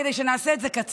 כדי שנעשה את זה קצר,